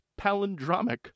palindromic